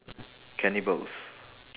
cannibals